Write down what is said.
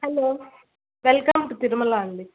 hello welcome to Tirumala అండి